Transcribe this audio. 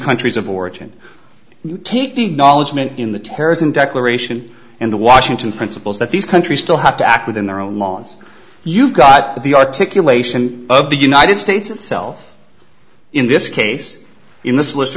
countries of origin and take the knowledge meant in the terrorism declaration and the washington principles that these countries still have to act within their own laws you've got the articulation of the united states itself in this case in th